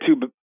two